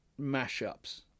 mashups